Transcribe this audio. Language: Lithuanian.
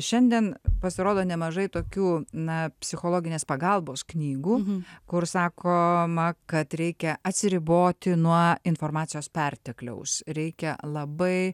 šiandien pasirodo nemažai tokių na psichologinės pagalbos knygų kur sakoma kad reikia atsiriboti nuo informacijos pertekliaus reikia labai